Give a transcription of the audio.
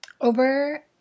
over